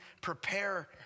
prepare